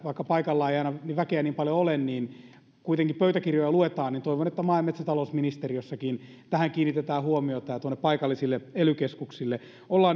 vaikka paikalla ei aina väkeä niin paljon ole mutta kun kuitenkin pöytäkirjoja luetaan niin toivon että maa ja metsätalousministeriössäkin tähän kiinnitetään huomiota ja tuonne paikallisiin ely keskuksiin oltaisiin